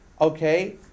okay